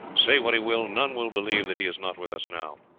say what he will, none will believe that he is not with us now.